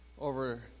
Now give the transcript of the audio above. over